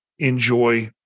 enjoy